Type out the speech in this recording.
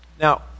Now